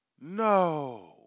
No